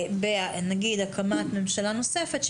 נגיד הקמת ממשלה נוספת,